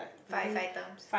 five items